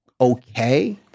okay